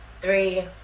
three